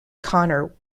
conner